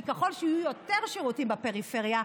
כי ככל שיהיו יותר שירותים בפריפריה,